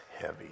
heavy